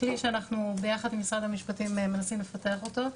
כלי שאנחנו ביחד עם משרד המשפטים מנסים לפתח אותו.